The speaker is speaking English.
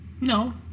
No